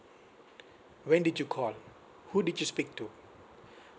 when did you call who did you speak to